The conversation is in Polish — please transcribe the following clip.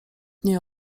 nie